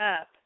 up